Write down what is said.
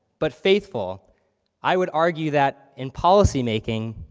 but faithful i would argue that in policy making,